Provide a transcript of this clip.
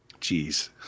Jeez